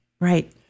Right